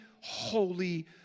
holy